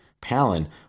Palin